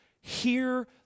hear